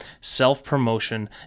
self-promotion